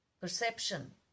perception